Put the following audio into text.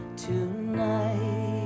tonight